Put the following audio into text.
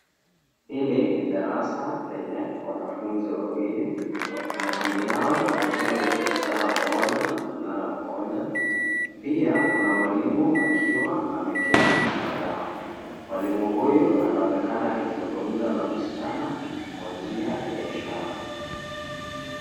Hili ni darasa lenye wanafunzi wawili. Wanafunzi hawa wakiwa ni msichana mmoja na mvulana mmoja. Pia kuna mwalimu akiwa ameketi kando yao. Mwalimu huyu anaonekana akizungumza na msichana kwa njia ya ishara.